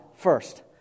First